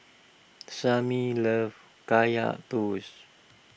Sammy loves Kaya Toast